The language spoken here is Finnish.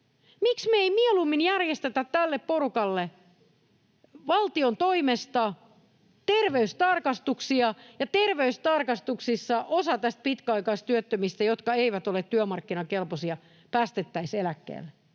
Miksi me ei mieluummin järjestetä tälle porukalle valtion toimesta terveystarkastuksia ja terveystarkastuksissa osa näistä pitkäaikaistyöttömistä, jotka eivät ole työmarkkinakelpoisia, päästettäisi eläkkeelle?